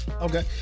Okay